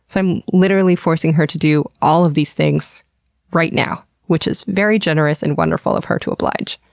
so am literally forcing her to do all of these things right now, which is very generous and wonderful of her to oblige.